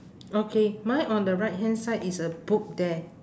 okay mine on the right hand side is a book there